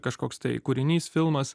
kažkoks tai kūrinys filmas